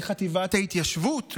לחטיבת ההתיישבות,